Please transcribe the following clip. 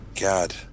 God